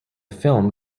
film